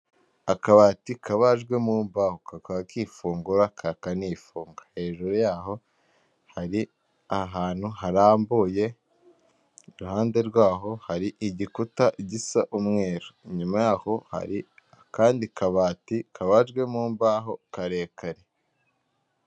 Akabati kabajwe mu mbaho kakaba kifungura kakanifunga hejuru yaho hari ahantu harambuye iruhande rwaho hari igikuta gisa umweru, inyuma yaho hari akandi kabati kabajwe mu mbaho karekare.